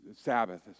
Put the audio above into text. Sabbath